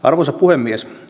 arvoisa puhemies